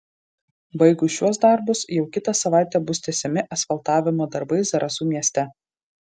baigus šiuos darbus jau kitą savaitę bus tęsiami asfaltavimo darbai zarasų mieste